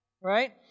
Right